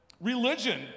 religion